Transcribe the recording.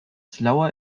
slower